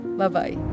Bye-bye